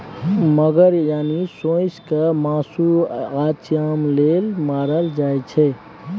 मगर यानी सोंइस केँ मासु आ चाम लेल मारल जाइ छै